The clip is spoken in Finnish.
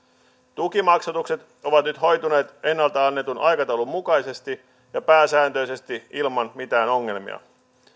tukimaksatukset ovat nyt hoituneet ennalta annetun aikataulun mukaisesti ja pääsääntöisesti ilman mitään ongelmia